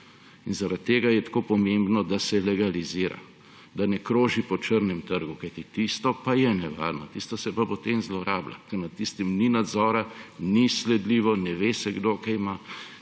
Zaradi tega je tako pomembno, da se legalizira, da ne kroži po črnem trgu, kajti tisto pa je nevarno. Tisto se pa potem zlorablja, ker nad tistim ni nadzora, ni sledljivo, ne ve se, kdo kaj ima.